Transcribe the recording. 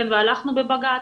וכן הלכנו לבג"ץ.